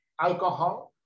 alcohol